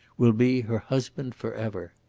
will be her husband forever.